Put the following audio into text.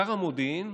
שר המודיעין